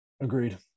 Agreed